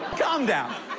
calm down.